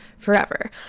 forever